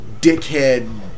dickhead